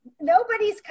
nobody's